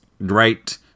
right